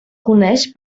coneix